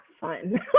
Fun